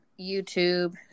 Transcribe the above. youtube